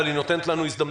אבל היא נותנת לנו הזדמנות,